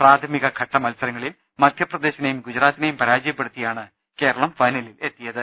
പ്രാഥമിക ഘട്ട മത്സരങ്ങളിൽ മധ്യപ്ര ദേശിനെയും ഗുജറാത്തിനെയും പരാജയപ്പെടുത്തിയാണ് കേരളം ഫൈനലിൽ എത്തിയത്